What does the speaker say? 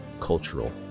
cultural